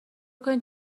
کنید